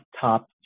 top